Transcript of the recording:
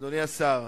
אדוני היושב-ראש,